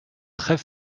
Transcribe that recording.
très